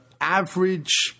average